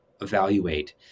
evaluate